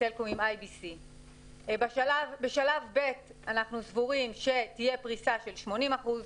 סלקום עם IBC. בשלב שני אנחנו סבורים שתהיה פריסה של 80 אחוזים,